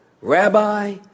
rabbi